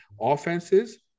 offenses